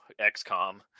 XCOM